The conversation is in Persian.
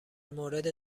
مورد